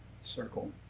circle